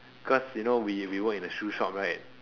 cause you know we we work in a show shop right